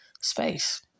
space